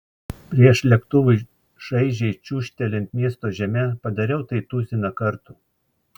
prieš lėktuvui šaižiai čiūžtelint miesto žeme padariau tai tuziną kartų